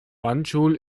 banjul